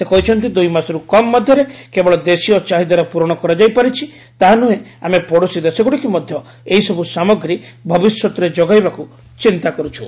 ସେ କହିଛନ୍ତି ଦୁଇ ମାସରୁ କମ୍ ମଧ୍ୟରେ କେବଳ ଦେଶୀୟ ଚାହିଦାର ପୂରଣ କରାଯାଇ ପାରିଛି ତାହା ନୁହେଁ ଆମେ ପଡ଼ୋଶୀ ଦେଶଗୁଡ଼ିକୁ ମଧ୍ୟ ଏହିସବୁ ସାମଗ୍ରୀ ଭବିଷ୍ୟତରେ ଯୋଗାଇବାକୁ ଚିନ୍ତା କରୁଛୁ